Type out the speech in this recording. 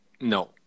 No